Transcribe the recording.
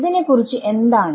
ഇതിനെ കുറിച്ച് എന്താണ്